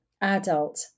adult